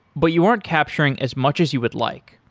but you aren't capturing as much as you would like.